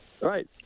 Right